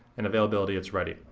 and availability. it's ready.